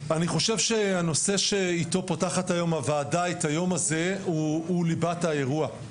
הנושא שאיתו פותחת היום הוועדה את היום הזה הוא ליבת האירוע.